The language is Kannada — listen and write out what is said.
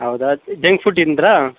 ಹೌದಾ ಜಂಗ್ ಫುಡ್ ತಿಂದ್ರಾ